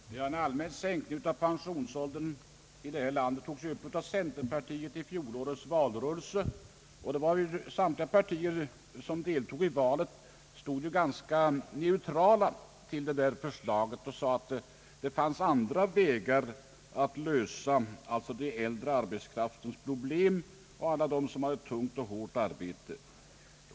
Herr talman! Frågan om en allmän sänkning av pensionsåldern här i landet togs upp av centerpartiet i fjolårets valrörelse. Samtliga andra partier som deltog i valet stod ganska neutrala till detta förslag och sade att det fanns andra vägar att lösa problemen för den äldre arbetskraften och för alla dem som har tungt och hårt arbete.